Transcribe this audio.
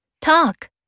Talk